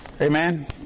Amen